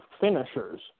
finishers